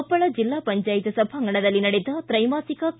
ಕೊಪ್ಪಳ ಜಿಲ್ಲಾ ಪಂಚಾಯತ್ ಸಭಾಂಗಣದಲ್ಲಿ ನಡೆದ ತ್ರೈಮಾಸಿಕ ಕೆ